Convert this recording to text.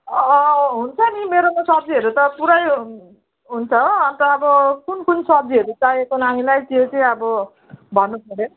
हुन्छ मेरोमा सब्जीहरू त पुरै हुन्छ अन्त अब कुन कुन सब्जीहरू चाहिएको नानीलाई त्यो चाहिँ अब भन्नुपऱ्यो